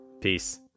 Peace